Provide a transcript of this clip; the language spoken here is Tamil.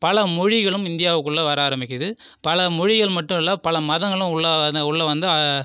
பல மொழிகளும் இந்தியாவுக்குள்ளே வர ஆரமிக்குது பல மொழிகள் மட்டுல்ல பல மதங்களும் உள்ளே வந்து உள்ளே வந்து